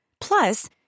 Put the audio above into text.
Plus